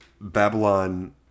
babylon